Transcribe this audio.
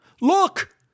Look